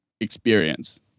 experience